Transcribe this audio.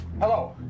Hello